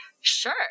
sure